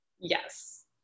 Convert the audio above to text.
Yes